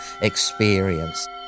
experience